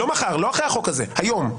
היום,